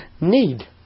need